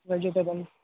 vegetable